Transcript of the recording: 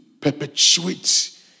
perpetuate